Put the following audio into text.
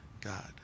God